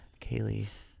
Kaylee